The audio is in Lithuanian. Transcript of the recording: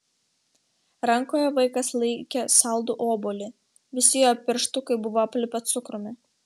rankoje vaikas laikė saldų obuolį visi jo pirštukai buvo aplipę cukrumi